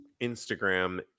Instagram